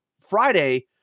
Friday